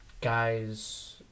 guys